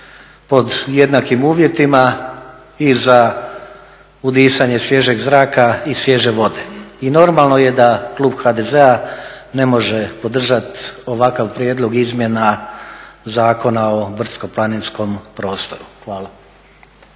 pod jednakim uvjetima i za udisanje svježeg zraka i svježe vode. I normalno je da klub HDZ-a ne može podržati ovakav prijedlog izmjena Zakona o brdsko-planinskom prostoru. Hvala.